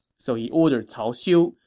so he ordered cao xiu,